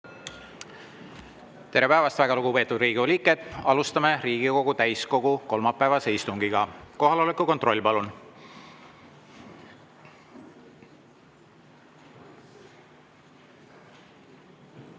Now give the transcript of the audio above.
Tere päevast, väga lugupeetud Riigikogu liikmed! Alustame Riigikogu täiskogu kolmapäevast istungit. Kohaloleku kontroll, palun!